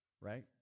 Right